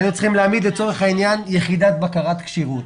הינו צריכים להעמיד לצורך העניין יחידת בקרת כשירות.